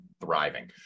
thriving